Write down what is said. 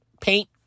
paint